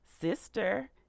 sister